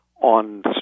on